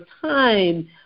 time